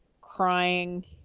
crying